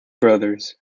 brothers